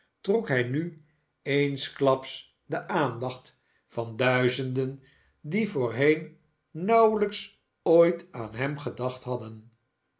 trok hij nu eensklaps de aandacht van duizenden die voorheen nauwelijks ooit aan hem gedacht hadden